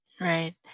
Right